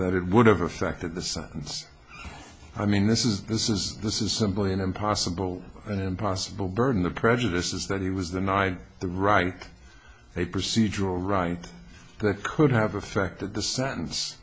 that it would have affected the sentence i mean this is this is this is simply an impossible and impossible burden the prejudice is that he was denied the right a procedural right that could have affected the sentence